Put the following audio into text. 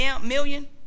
million